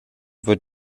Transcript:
wird